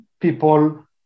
people